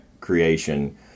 creation